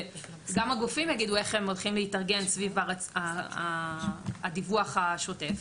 וגם הגופים יגידו איך הם הולכים להתארגן סביב הדיווח השוטף.